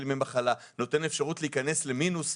ימי המחלה וגם נותן אפשרות להיכנס למינוס.